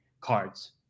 cards